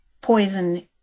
poison